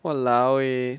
!walao! eh